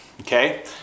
Okay